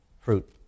fruit